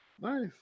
Nice